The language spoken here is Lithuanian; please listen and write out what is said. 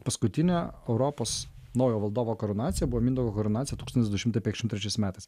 paskutinio europos naujo valdovo karūnacija buvo mindaugo karūnacija tūkstantis du šimtai penkiasšim trečiais metais